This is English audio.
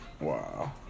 Wow